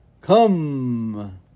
come